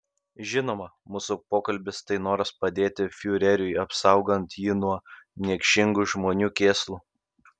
žinoma mūsų pokalbis tai noras padėti fiureriui apsaugant jį nuo niekšingų žmonių kėslų